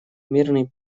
мирный